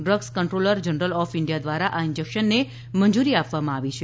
drugs controller general of India દ્વારા આ ઇન્જેકશનને મંજૂરી આપવામાં આવી છે